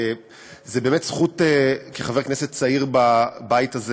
זו באמת זכות כחבר כנסת צעיר בבית הזה